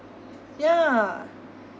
yeah